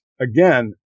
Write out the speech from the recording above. again